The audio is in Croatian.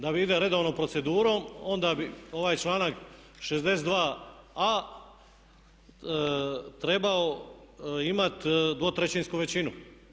Da ide redovnom procedurom onda bi ovaj članak 62.a trebao imati dvotrećinsku većinu.